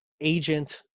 agent